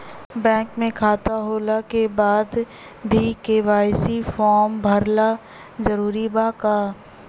Bank में खाता होला के बाद भी के.वाइ.सी फार्म भरल जरूरी बा का?